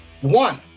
One